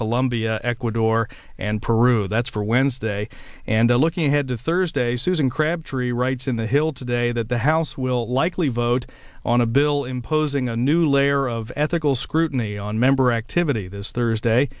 colombia ecuador and peru that's for wednesday and are looking ahead to thursday susan crabtree writes in the hill today that the house will likely vote on a bill imposing a new layer of ethical scrutiny on member activity this thursday